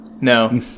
No